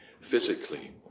physically